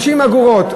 30 אגורות.